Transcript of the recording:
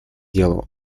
делу